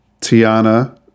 Tiana